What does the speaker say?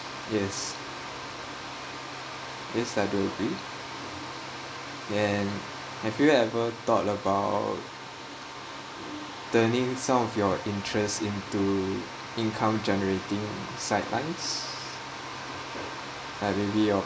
yes yes I do agree and have you ever thought about turning some of your interest into income generating side lines like maybe your